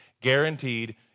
Guaranteed